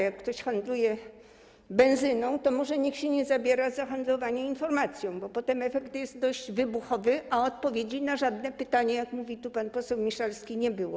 Jak ktoś handluje benzyną, to może niech się nie zabiera za handlowanie informacją, bo potem efekt jest dość wybuchowy, a odpowiedzi na żadne pytanie, jak mówi tu pan poseł Miszalski, nie było.